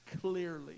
clearly